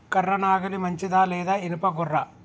కర్ర నాగలి మంచిదా లేదా? ఇనుప గొర్ర?